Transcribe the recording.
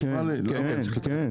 כן, כן.